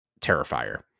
terrifier